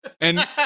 And-